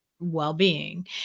Well-being